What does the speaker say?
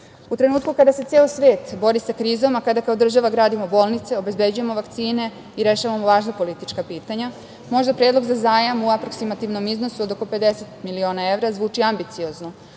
trenutku kada se ceo svet bori sa krizom, kada kao država gradimo bolnice, obezbeđujemo vakcine i rešavamo važna politička pitanja, možda predlog za zajam u aproksativnom iznosu od oko 50 miliona evra zvuči ambiciozno,